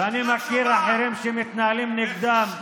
ואני מכיר אחרים שמתנהלים נגדם,